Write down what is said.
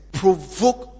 provoke